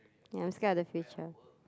ya I'm scared of the future